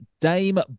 Dame